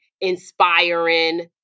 inspiring